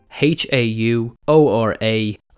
h-a-u-o-r-a